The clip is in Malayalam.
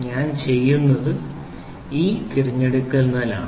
ഞാൻ ചെയ്യുന്നത് ഈ തിരഞ്ഞെടുക്കലിലാണ്